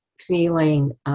feeling